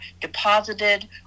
deposited